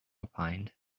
opined